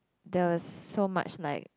there was so much like